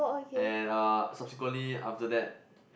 and uh subsequently after that